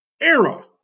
era